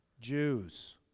Jews